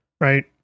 right